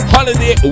Holiday